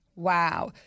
Wow